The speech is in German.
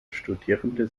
studierende